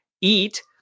eat